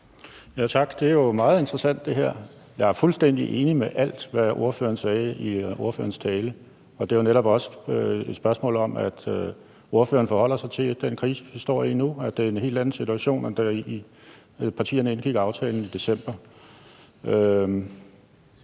Tak. Det her er jo meget interessant. Jeg er fuldstændig enig i alt, hvad ordføreren sagde i sin tale. Og det er jo netop også et spørgsmål om, at ordføreren forholder sig til den krise, vi står i nu; det er en helt anden situation, end da partierne indgik aftalen i december.